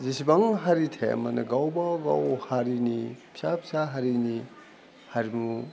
जेसेबां हारि थाया मानो गावबा गाव हारिनि फिसा फिसा हारिनि हारिमु